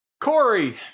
Corey